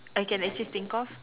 I can actually think of